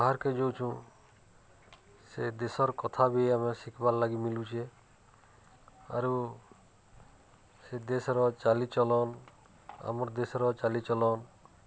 ବାହାରକେ ଯୋଉଛୁଁ ସେ ଦେଶର କଥା ବି ଆମେ ଶିଖିବାର୍ ଲାଗି ମିଲୁଚେ ଆରୁ ସେ ଦେଶର ଚାଲିଚଲନ ଆମର ଦେଶର ଚାଲିଚଲନ